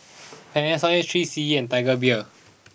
Panasonic three C E and Tiger Beer